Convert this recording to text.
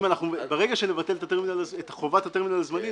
ברגע שנבטל את חובת הטרמינל הזמני,